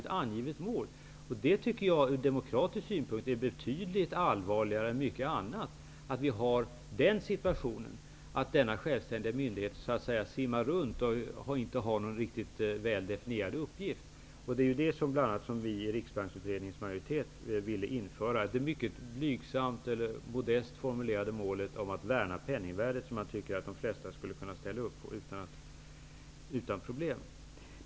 Det tycker jag är betydligt allvarligare ur demokratisk synpunkt än mycket annat. Vi har den situationen att denna självständiga myndighet så att säga simmar runt och inte har någon riktigt väl definierad uppgift. Det är bl.a. detta som gör att Riksbanksutredningens majoritet vill införa det mycket modest formulerade målet att värna penningvärdet, något som jag tycker att de flesta utan problem skulle kunna ställa upp på.